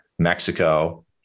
Mexico